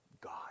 God